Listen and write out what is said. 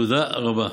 תודה רבה.